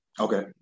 Okay